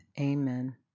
amen